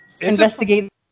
investigate